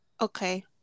Okay